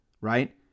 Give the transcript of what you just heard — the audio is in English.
right